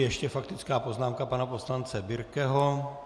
Ještě faktická poznámka pana poslance Birkeho.